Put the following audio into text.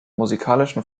musikalischen